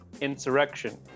insurrection